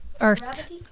Earth